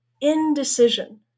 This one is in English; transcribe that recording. indecision